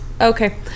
Okay